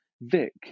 Vic